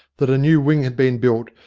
that a new wing had been built,